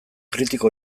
kritiko